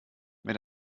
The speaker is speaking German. mit